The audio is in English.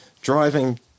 Driving